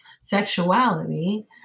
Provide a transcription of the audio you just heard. sexuality